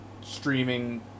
streaming